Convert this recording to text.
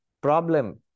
problem